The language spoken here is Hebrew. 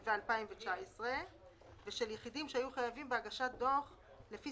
ובשנת 2019 ושל יחידים שהיו חייבים בהגשת דוח לפי